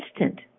instant